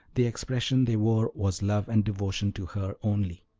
the expression they wore was love and devotion to her only,